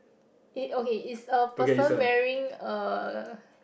i~ okay is a person wearing a